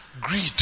greed